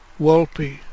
Wolpe